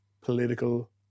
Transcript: political